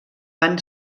van